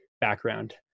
background